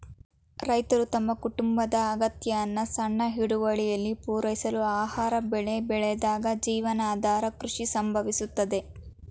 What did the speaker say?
ರೈತರು ತಮ್ಮ ಕುಟುಂಬದ ಅಗತ್ಯನ ಸಣ್ಣ ಹಿಡುವಳಿಲಿ ಪೂರೈಸಲು ಆಹಾರ ಬೆಳೆ ಬೆಳೆದಾಗ ಜೀವನಾಧಾರ ಕೃಷಿ ಸಂಭವಿಸುತ್ತದೆ